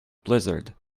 blizzard